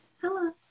hello